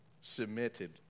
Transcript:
submitted